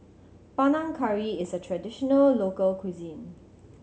Panang Curry is a traditional local cuisine